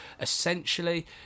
Essentially